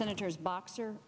senators boxer